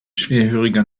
schwerhöriger